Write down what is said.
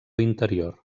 interior